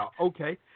Okay